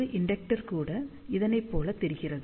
ஒரு இண்டெக்டர் கூட இதனை போல் தெரிகிறது